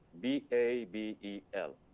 B-A-B-E-L